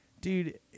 dude